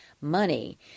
money